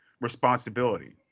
responsibility